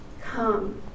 Come